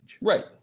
Right